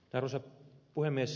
arvoisa puhemies